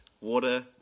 water